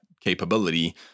capability